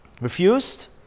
Refused